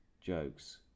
jokes